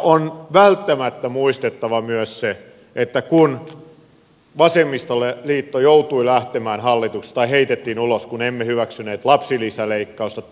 on välttämättä muistettava myös se että kun vasemmistoliitto joutui lähtemään hallituksesta tai heitettiin ulos kun emme hyväksyneet lapsilisäleikkausta